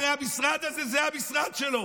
הרי המשרד הזה, זה המשרד שלו.